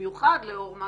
במיוחד לאור מה